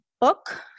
book